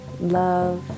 love